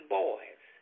boys